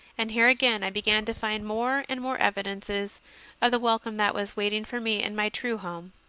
and here again i began to find more and more evidences of the wel come that was waiting for me in my true home.